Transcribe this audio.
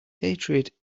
hatred